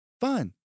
Fun